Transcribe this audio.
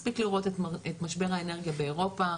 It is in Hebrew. מספיק לראות את משבר האנרגיה באירופה.